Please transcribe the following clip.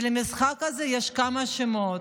ולמשחק הזה יש כמה שמות: